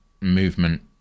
movement